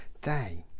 day